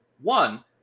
One